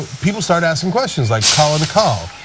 people start asking questions, like colin kahl.